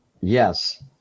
Yes